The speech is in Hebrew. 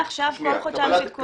מעכשיו כל חודשיים יש עדכון?